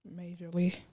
majorly